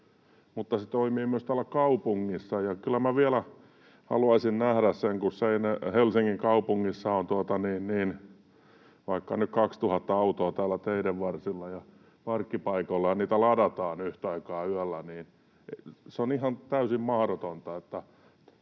se toimii myös täällä kaupungissa, ja kyllä minä vielä haluaisin nähdä sen, kun Helsingin kaupungissa on vaikka nyt kaksituhatta autoa täällä teiden varsilla ja parkkipaikoilla ja niitä ladataan yhtä aikaa yöllä — se on ihan täysin mahdotonta.